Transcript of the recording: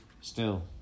Still